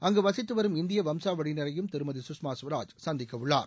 அங்கு வசித்து வரும் இந்திய வம்சாவளியினரையும் திருமதி சுஷ்மா சுவராஜ் சந்திக்கவுள்ளார்